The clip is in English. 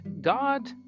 God